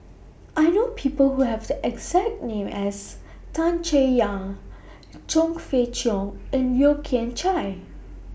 I know People Who Have The exact name as Tan Chay Yan Chong Fah Cheong and Yeo Kian Chai